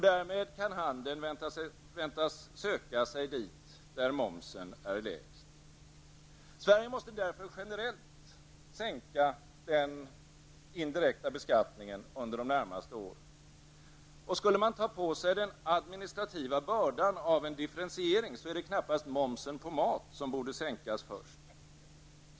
Därmed kan handeln väntas söka sig dit där momsen är lägst. Sverige måste därför generellt sänka den indirekta beskattningen under de närmaste åren. Och skulle man ta på sig den administrativa bördan av en differentiering, är det knappast momsen på mat som borde sänkas först.